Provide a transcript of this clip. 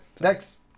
Next